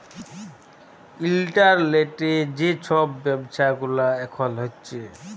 ইলটারলেটে যে ছব ব্যাব্ছা গুলা এখল হ্যছে